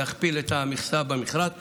להכפיל את המכסה במכרז ב-100%,